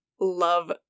love